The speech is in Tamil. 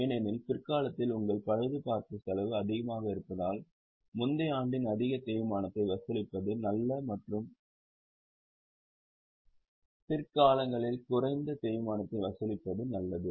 ஏனெனில் பிற்காலத்தில் உங்கள் பழுதுபார்ப்பு செலவு அதிகமாக இருப்பதால் முந்தைய ஆண்டில் அதிக தேய்மானத்தை வசூலிப்பது நல்லது மற்றும் பிற்காலங்களில் குறைந்த தேய்மானத்தை வசூலிப்பது நல்லது